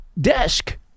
desk